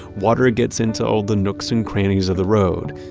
water gets into all the nooks and crannies of the road.